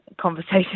conversation